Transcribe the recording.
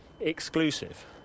Exclusive